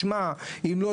אם לא,